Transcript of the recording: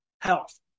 health